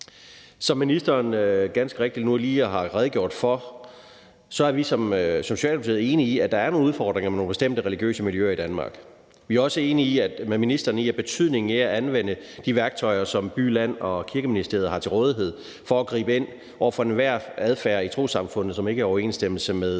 Som ministeren ganske rigtigt nu lige har redegjort for, er vi i Socialdemokratiet enige i, at der er nogle udfordringer med nogle bestemte religiøse miljøer i Danmark. Vi er også enige med ministeren i betydningen af at anvende de værktøjer, som By-, Land- og Kirkeministeriet har til rådighed for at gribe ind over for enhver adfærd i trossamfundet, som ikke er i overensstemmelse med